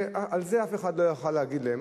ועל זה אף אחד לא יכול היה לענות להם,